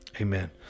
Amen